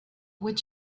what